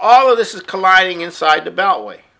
all of this is colliding inside the beltway